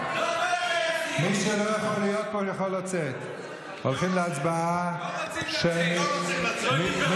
כי אתם באמת פוחדים מהקומץ של מנדט אחד שיצא